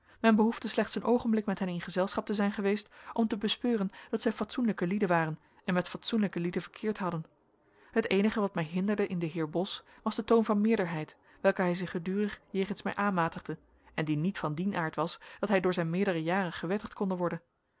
men behoefde slechts een oogenblik met hen in gezelschap te zijn geweest om te bespeuren dat zij fatsoenlijke lieden waren en met fatsoenlijke lieden verkeerd hadden het eenige wat mij hinderde in den heer bos was de toon van meerderheid welken hij zich gedurig jegens mij aanmatigde en die niet van dien aard was dat hij door zijn meerdere jaren gewettigd konde worden